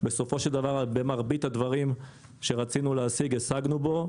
בסופו של דבר במרבית הדברים שרצינו להשיג השגנו בו,